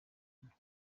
ubuntu